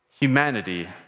humanity